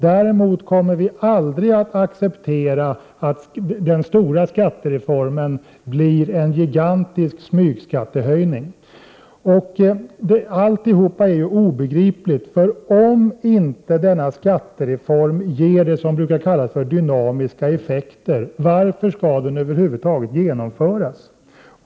Däremot kommer vi aldrig att acceptera att den stora skattereformen blir en gigantisk smygskattehöjning. Om inte denna skattereform ger det som brukar kallas för dynamiska effekter, varför skall den då över huvud taget genomföras?